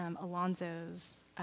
Alonzo's